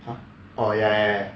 !huh! orh ya ya ya